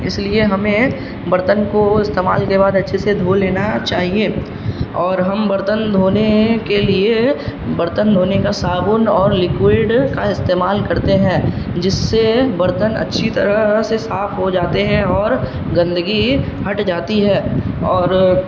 اس لیے ہمیں برتن کو استعمال کے بعد اچھے سے دھو لینا چاہیے اور ہم برتن دھونے کے لیے برتن دھونے کا صابن اور لکوئڈ کا استعمال کرتے ہیں جس سے برتن اچھی طرح سے صاف ہو جاتے ہیں اور گندگی ہٹ جاتی ہے اور